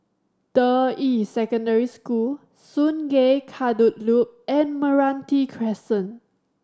Deyi Secondary School Sungei Kadut Loop and Meranti Crescent